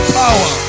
power